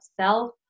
self